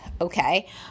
okay